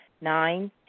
Nine